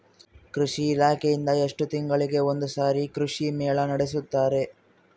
ಕೃಷಿ ಇಲಾಖೆಯಿಂದ ಎಷ್ಟು ತಿಂಗಳಿಗೆ ಒಂದುಸಾರಿ ಕೃಷಿ ಮೇಳ ನಡೆಸುತ್ತಾರೆ?